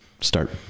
start